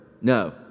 No